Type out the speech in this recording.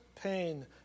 pain